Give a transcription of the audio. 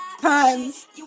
times